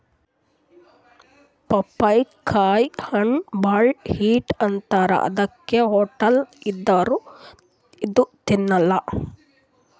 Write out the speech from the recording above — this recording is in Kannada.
ಪಪ್ಪಿಕಾಯಿ ಹಣ್ಣ್ ಭಾಳ್ ಹೀಟ್ ಅಂತಾರ್ ಅದಕ್ಕೆ ಹೊಟ್ಟಲ್ ಇದ್ದೋರ್ ಇದು ತಿನ್ನಲ್ಲಾ